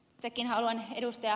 itsekin haluan ed